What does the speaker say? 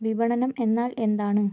വിപണനം എന്നാൽ എന്താണ്